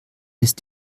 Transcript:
ist